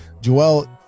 Joel